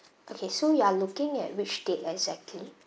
okay so you are looking at which date exactly